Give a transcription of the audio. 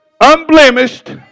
unblemished